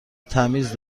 تمیز